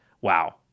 wow